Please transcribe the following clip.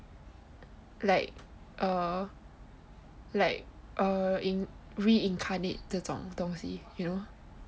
like err like err reincarnate 这种东西 you know